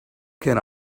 can